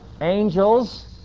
angels